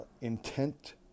intent